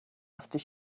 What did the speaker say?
after